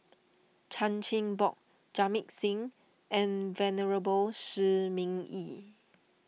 Chan Chin Bock Jamit Singh and Venerable Shi Ming Yi